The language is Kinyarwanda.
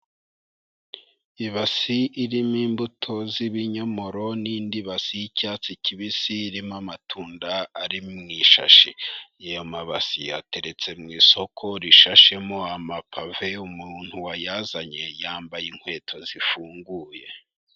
Ibasi irimo imbuto z'ibinyomoro n'indi basi y'icyatsi kibisi irimo amatunda ari mu ishashi. Aya mabasi ateretse mu isoko rishashemo amapave, umuntu wayazanye yambaye inkweto zifunguye.